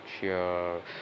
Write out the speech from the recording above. sure